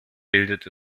bildet